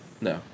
No